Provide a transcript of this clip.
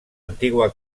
antigua